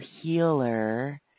healer